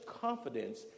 confidence